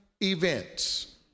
events